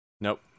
nope